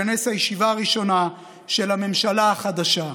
תתכנס הישיבה הראשונה של הממשלה החדשה.